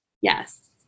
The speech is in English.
Yes